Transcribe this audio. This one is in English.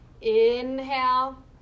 Inhale